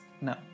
No